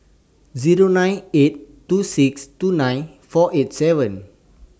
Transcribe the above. Zero nine eight two six two nine four eight seven